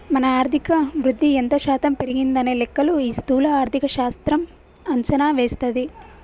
మన ఆర్థిక వృద్ధి ఎంత శాతం పెరిగిందనే లెక్కలు ఈ స్థూల ఆర్థిక శాస్త్రం అంచనా వేస్తది